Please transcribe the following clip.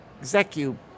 Execute